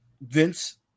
Vince